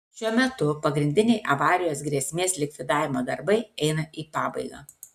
šiuo metu pagrindiniai avarijos grėsmės likvidavimo darbai eina į pabaigą